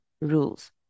rules